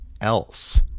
else